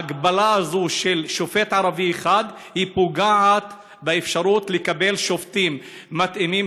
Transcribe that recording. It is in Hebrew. ההגבלה הזו של שופט ערבי אחד פוגעת באפשרות לקבל שופטים מתאימים,